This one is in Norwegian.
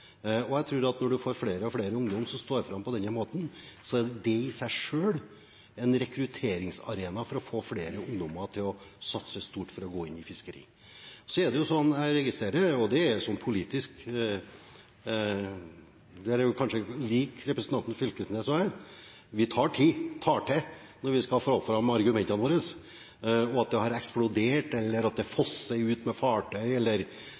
Jeg tror at når man får flere og flere ungdommer som står fram på denne måten, er det i seg selv en rekrutteringsarena for å få flere ungdommer til å satse stort på å gå inn i fiskeri. Så registrerer jeg – politisk er jo kanskje representanten Knag Fylkesnes og jeg like – at vi tar i når vi skal få fram argumentene våre. Men at det har eksplodert, eller at det fosser ut med fartøy, eller